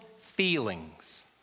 feelings